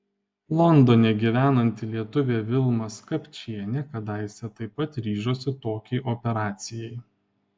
londone gyvenanti lietuvė vilma skapčienė kadaise taip pat ryžosi tokiai operacijai